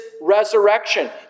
resurrection